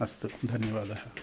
अस्तु धन्यवादः